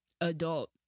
adult